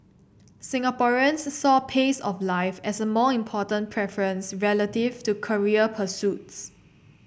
Singaporeans saw pace of life as a more important preference relative to career pursuits